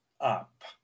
up